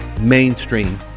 mainstream